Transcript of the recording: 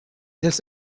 this